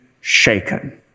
shaken